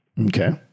Okay